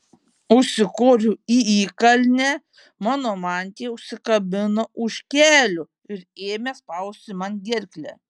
užsikoriau į įkalnę mano mantija užsikabino už kelių ir ėmė spausti man gerklę